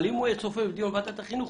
אבל אם הוא היה צופה בדיוני ועדת החינוך,